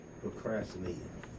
procrastinating